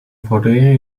vody